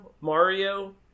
Mario